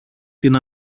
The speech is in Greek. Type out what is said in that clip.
την